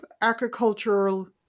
agricultural